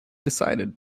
decided